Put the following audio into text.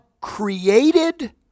created